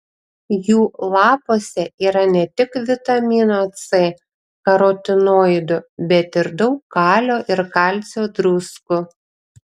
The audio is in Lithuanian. jų lapuose yra ne tik vitamino c karotinoidų bet ir daug kalio ir kalcio druskų